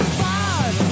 five